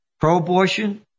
Pro-abortion